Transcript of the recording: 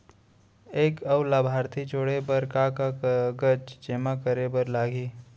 एक अऊ लाभार्थी जोड़े बर का का कागज जेमा करे बर लागही?